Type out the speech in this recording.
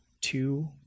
two